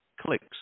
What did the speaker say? clicks